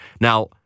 Now